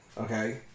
okay